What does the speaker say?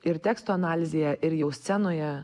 ir teksto analizėje ir jau scenoje